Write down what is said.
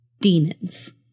Demons